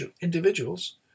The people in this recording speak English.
individuals